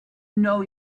know